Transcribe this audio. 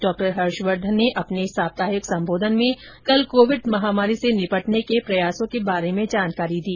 doctor Harshvardhan ने अपने साप्ताहिक संबोधन में कल कोविड महामारी से निपटने के प्रयासों के बारे में जानकारी दी